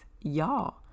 y'all